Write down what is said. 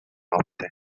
notte